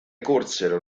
corsero